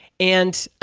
and